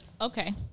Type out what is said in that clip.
Okay